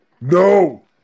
No